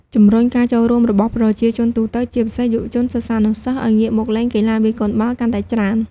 ជំរុញការចូលរួមរបស់ប្រជាជនទូទៅ ជាពិសេសយុវជន សិស្សានុសិស្ស ឱ្យងាកមកលេងកីឡាវាយកូនបាល់កាន់តែច្រើន។